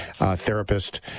therapist